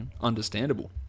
understandable